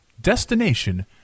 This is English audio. destination